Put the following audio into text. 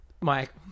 Mike